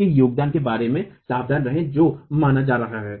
के योगदान के बारे में सावधान रहें जो माना जा रहा है